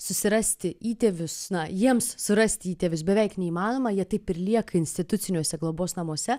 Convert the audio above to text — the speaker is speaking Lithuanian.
susirasti įtėvius na jiems surasti įtėvius beveik neįmanoma jie taip ir lieka instituciniuose globos namuose